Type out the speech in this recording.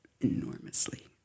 enormously